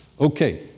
Okay